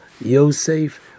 Yosef